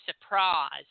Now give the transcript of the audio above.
surprised